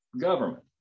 government